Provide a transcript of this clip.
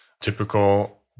typical